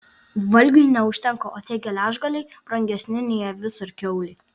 valgiui neužtenka o tie geležgaliai brangesni nei avis ar kiaulė